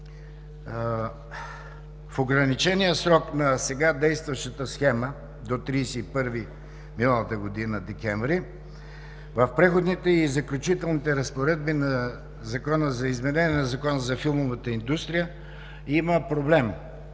в ограничения срок на сега действащата схема – до 31 декември 2017 г., в Преходните и заключителните разпоредби на Закона за изменение на Закона за филмовата индустрия има проблем